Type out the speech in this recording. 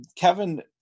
kevin